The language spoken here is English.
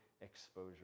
exposure